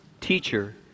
teacher